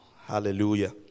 Hallelujah